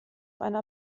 einer